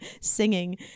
singing